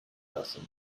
person